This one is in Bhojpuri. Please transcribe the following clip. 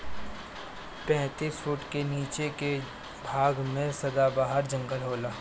पैतीस फुट के नीचे के भाग में सदाबहार जंगल होला